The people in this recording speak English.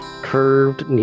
curved